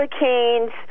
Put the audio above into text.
hurricanes